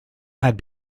had